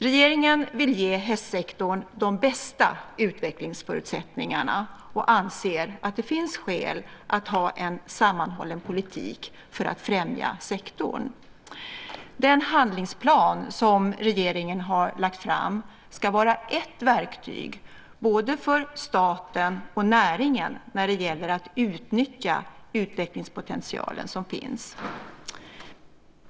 Regeringen vill ge hästsektorn de bästa utvecklingsförutsättningarna, och anser att det finns skäl att ha en sammanhållen politik för att främja sektorn. Den handlingsplan som regeringen har lagt fram ska vara ett verktyg både för staten och näringen när det gäller att utnyttja utvecklingspotentialen som finns.